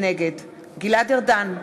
נגד גלעד ארדן,